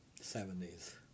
Seventies